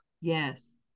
yes